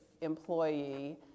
employee